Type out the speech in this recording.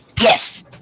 Yes